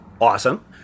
awesome